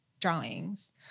drawings